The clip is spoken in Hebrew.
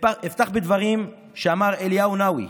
אפתח בדברים שאמר אליהו נאווי,